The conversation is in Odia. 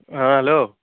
ହଁ ହ୍ୟାଲୋ